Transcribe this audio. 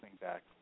back